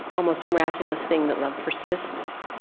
almost miraculous thing that love persists